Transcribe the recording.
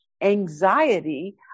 anxiety